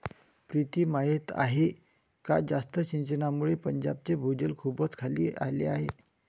प्रीती माहीत आहे का जास्त सिंचनामुळे पंजाबचे भूजल खूपच खाली आले आहे